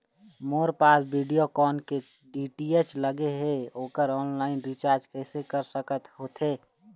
मोर पास वीडियोकॉन के डी.टी.एच लगे हे, ओकर ऑनलाइन रिचार्ज कैसे कर सकत होथे?